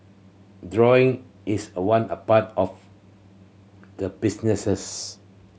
drawing is one part of the businesses